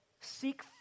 seek